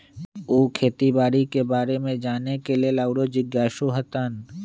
उ खेती बाड़ी के बारे में जाने के लेल आउरो जिज्ञासु हतन